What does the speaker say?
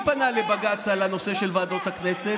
מי פנה לבג"ץ על הנושא של ועדות הכנסת?